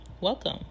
welcome